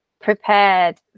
prepared